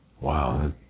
Wow